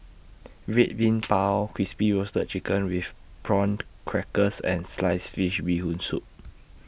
Red Bean Bao Crispy Roasted Chicken with Prawn Crackers and Sliced Fish Bee Hoon Soup